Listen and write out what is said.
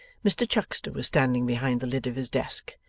mr chuckster was standing behind the lid of his desk,